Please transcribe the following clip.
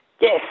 Yes